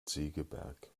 segeberg